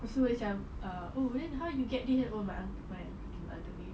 so macam oh how you get dinner at home